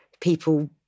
People